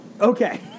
Okay